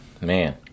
Man